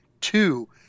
Two